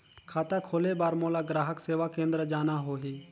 खाता खोले बार मोला ग्राहक सेवा केंद्र जाना होही?